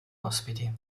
ospiti